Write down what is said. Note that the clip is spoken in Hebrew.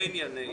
לענייננו,